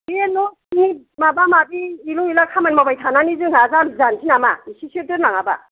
बे न' नि माबा माबि एलु एला खामानि मावबाय थानानै जोंहा जाम्बि जानोसै नामा एसेसो दोनलाङाबा